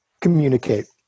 Communicate